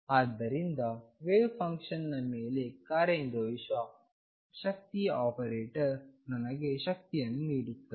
ಆದ್ದರಿಂದ ವೇವ್ ಫಂಕ್ಷನ್ನ ಮೇಲೆ ಕಾರ್ಯನಿರ್ವಹಿಸುವ ಶಕ್ತಿಯ ಆಪರೇಟರ್ ನನಗೆ ಶಕ್ತಿಯನ್ನು ನೀಡುತ್ತದೆ